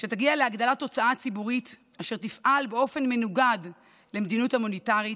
שתגיע להגדלת הוצאה ציבורית אשר תפעל באופן מנוגד למדיניות המוניטרית,